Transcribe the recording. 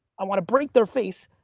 i want to break their face,